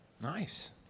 Nice